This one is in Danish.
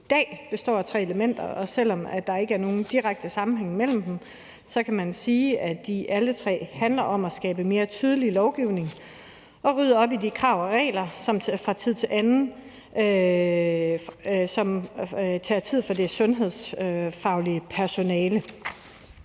i dag, består af tre elementer, og selv om der ikke er nogen direkte sammenhæng mellem dem, kan man sige, at de alle tre handler om at skabe mere tydelig lovgivning og rydde op i de krav og regler, som fra tid til anden tager tid fra det sundhedsfaglige personale.